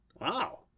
Wow